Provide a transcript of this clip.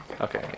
Okay